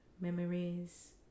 memories